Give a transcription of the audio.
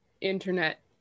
internet